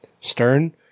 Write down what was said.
Stern